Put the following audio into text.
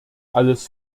alles